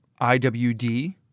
IWD